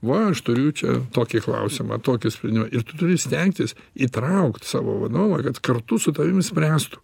va aš turiu čia tokį klausimą tokį sprendimą ir tu turi stengtis įtraukt savo vadovą kad kartu su tavim išspręstų